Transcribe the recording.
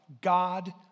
God